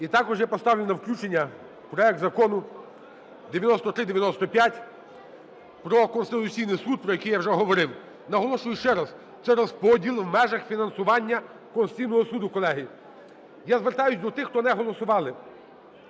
І також я поставлю на включення проект Закону (9395) про Конституційний Суд, про який я вже говорив. Наголошую ще раз, це розподіл в межах фінансування Конституційного Суду, колеги. Я звертаюся до тих, хто не голосували.